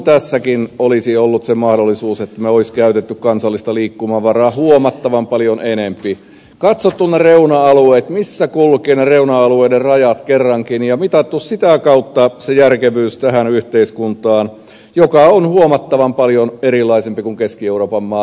tässäkin olisi ollut se mahdollisuus että olisimme käyttäneet kansallista liikkumavaraa huomattavan paljon enempi katsottu kerrankin ne reuna alueet missä kulkevat reuna alueiden rajat ja mitattu sitä kautta se järkevyys tähän yhteiskuntaan joka on huomattavan paljon erilaisempi kuin keski euroopan maat